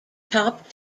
top